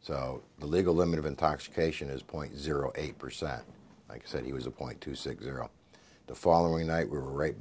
so the legal limit of intoxication is point zero eight percent like i said he was a point two six zero the following night we were right